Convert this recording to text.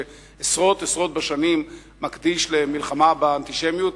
שעשרות עשרות בשנים מקדיש למלחמה באנטישמיות,